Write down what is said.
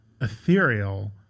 ethereal